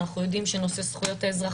ואנחנו יודעים שנושא זכויות האזרח